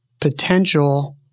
potential